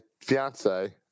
fiance